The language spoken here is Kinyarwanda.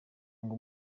ngo